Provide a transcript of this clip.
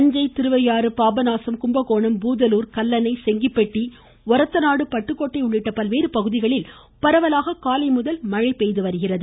தஞ்சை திருவையாறு பாபநாசம் கும்பகோணம் பூதலூர் கல்லணை செங்கிப்பட்டி ஒரத்தநாடு பட்டுக்கோட்டை உள்ளிட்ட பல்வேறு பகுதிகளில் பரவலாக காலைமுதல் மழை பெய்துவருகிறது